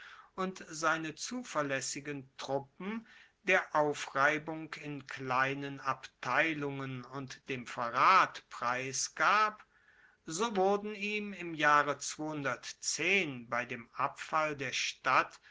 und seine zuverlaessigen truppen der aufreibung in kleinen abteilungen und dem verrat preisgab so wurden ihm im jahre bei dem abfall der stadt